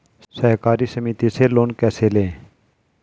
सहकारी समिति से लोन कैसे लें?